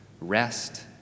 rest